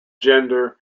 gender